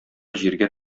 җиргә